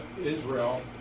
Israel